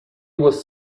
was